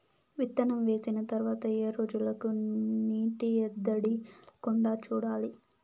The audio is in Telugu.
విత్తనం వేసిన తర్వాత ఏ రోజులకు నీటి ఎద్దడి లేకుండా చూడాలి?